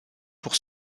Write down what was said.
pour